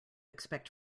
expect